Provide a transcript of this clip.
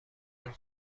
این